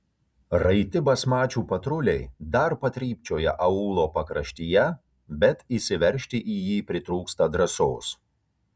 raiti basmačių patruliai dar patrypčioja aūlo pakraštyje bet įsiveržti į jį pritrūksta drąsos